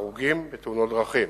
ההרוגים בתאונות דרכים.